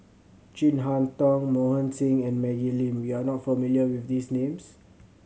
Chin Harn Tong Mohan Singh and Maggie Lim you are not familiar with these names